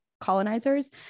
colonizers